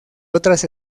otras